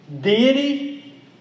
deity